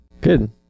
Good